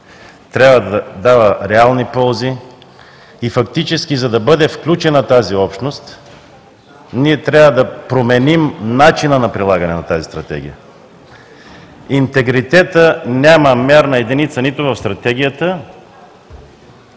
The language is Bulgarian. трябва да дава реални ползи и фактически, за да бъде включена тази общност, трябва да променим начина на прилагане на тази Стратегия. Интегритетът няма мерна единица нито в Стратегията,